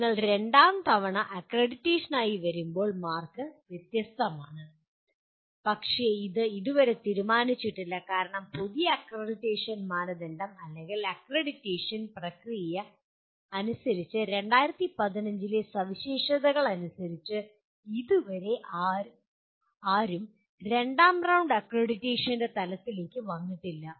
നിങ്ങൾ രണ്ടാം തവണ അക്രഡിറ്റേഷനായി വരുമ്പോൾ മാർക്ക് വ്യത്യസ്തമാണ് പക്ഷേ ഇത് ഇതുവരെ തീരുമാനിച്ചിട്ടില്ല കാരണം പുതിയ അക്രഡിറ്റേഷൻ മാനദണ്ഡം അല്ലെങ്കിൽ അക്രഡിറ്റേഷൻ പ്രക്രിയ അനുസരിച്ച് 2015 ലെ സവിശേഷതകൾ അനുസരിച്ച് ആരും ഇതുവരെ രണ്ടാം റൌണ്ട് അക്രഡിറ്റേഷന്റെ തലത്തിലേക്ക് വന്നിട്ടില്ല